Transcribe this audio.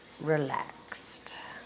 relaxed